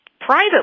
private